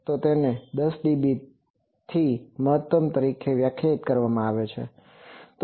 તો તેને 10 ડીબીથી મહત્તમ તરીકે વ્યાખ્યાયિત કરવામાં આવે છે